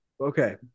Okay